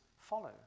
follow